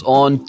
on